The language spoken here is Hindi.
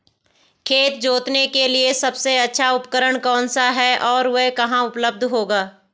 खेत जोतने के लिए सबसे अच्छा उपकरण कौन सा है और वह कहाँ उपलब्ध होगा?